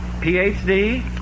Ph.D